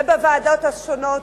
ובוועדות השונות,